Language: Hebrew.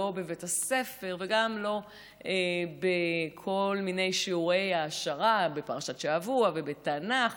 לא בבית הספר וגם לא בכל מיני שיעורי העשרה בפרשת השבוע ובתנ"ך.